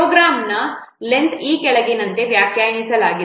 ಪ್ರೋಗ್ರಾಂನ ಈ ಕೆಳಗಿನಂತೆ ವ್ಯಾಖ್ಯಾನಿಸಲಾಗಿದೆ